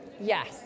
Yes